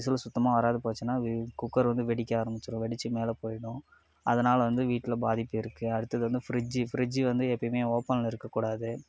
whistle சுத்தமாக வராது போச்சுன்னா இது குக்கர் வந்து வெடிக்க ஆரமிச்சுடும் வெடிச்சு மேலே போயிடும் அதனால வந்து வீட்டில் பாதிப்பு இருக்கு அடுத்தது வந்து ஃப்ரிட்ஜி ஃப்ரிட்ஜி வந்து எப்பயுமே ஓப்பனில் இருக்கக்கூடாது